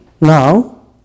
Now